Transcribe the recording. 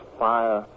fire